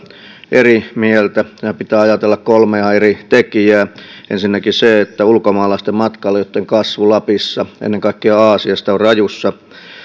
eri mieltä meidän pitää ajatella kolmea eri tekijää ensinnäkin ulkomaalaisten matkailijoitten kasvu lapissa ennen kaikkea aasiasta on rajussa